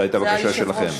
זו הייתה בקשה שלכם.